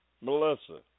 Melissa